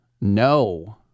No